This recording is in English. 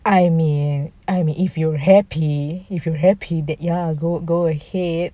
I mean I mean if you're happy if you happy that ya go go ahead